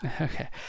Okay